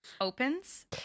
opens